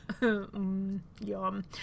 Yum